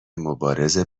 مبارزه